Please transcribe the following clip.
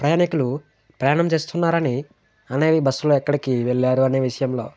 ప్రయాణికులు ప్రయాణం చేస్తున్నారని అనేవి బస్సులో ఎక్కడికి వెళ్ళారు అనే విషయంలో